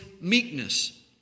meekness